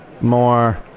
more